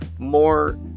more